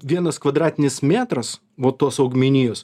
vienas kvadratinis metras va tos augmenijos